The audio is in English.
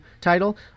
title